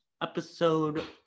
episode